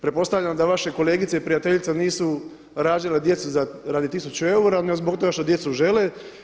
Pretpostavljam da vaše kolegice i prijateljice nisu rađale djecu radi 1000 eura nego zbog toga što djecu žele.